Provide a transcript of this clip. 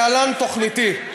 להלן תוכניתי,